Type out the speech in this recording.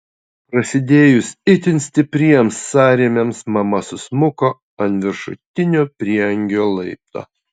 prasidėjus itin stipriems sąrėmiams mama susmuko ant viršutinio prieangio laipto